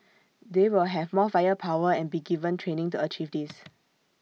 they will have more firepower and be given training to achieve this